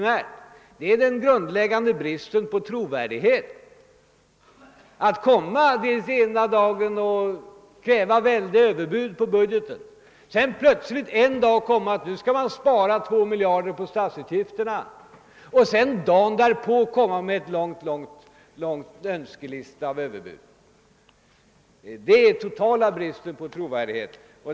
Det allvarliga med folkpartiet är bristen på trovärdighet, att ena dagen säga att man vill spara stora belopp på statens utgifter och att dagen därpå lägga fram en önskelista med oerhörda överbud på drygt två miljarder. Det tyder ju på total brist på trovärdighet.